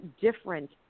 different